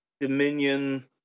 Dominion